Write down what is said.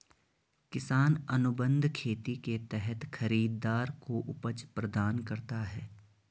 किसान अनुबंध खेती के तहत खरीदार को उपज प्रदान करता है